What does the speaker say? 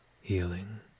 healing